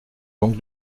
donc